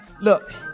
look